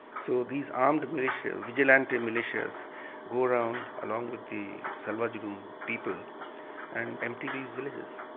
so these armed militias, vigilante militias go around along with the salwa judum people and empty these villages.